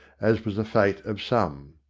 as was the fate of some.